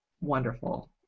wonderful